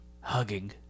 hugging